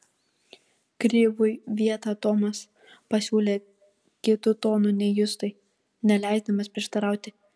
krivui vietą tomas pasiūlė kitu tonu nei justui neleisdamas prieštarauti